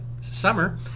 summer